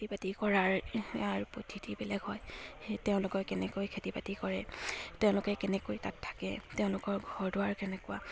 খেতি বাতি কৰাৰ পদ্ধতি বেলেগ হয় সেই তেওঁলোকে কেনেকৈ খেতি বাতি কৰে তেওঁলোকে কেনেকৈ তাত থাকে তেওঁলোকৰ ঘৰ দুৱাৰ কেনেকুৱা